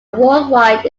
worldwide